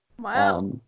Wow